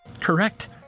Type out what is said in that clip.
Correct